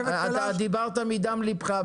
דיברת מדם לבך,